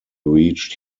reached